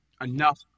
enough